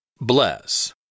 Bless